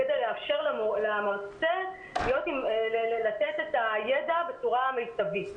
אלא כדי לאפשר למרצה לתת את הידע בצורה מיטבית.